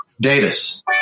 Davis